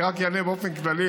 אני אענה רק באופן כללי.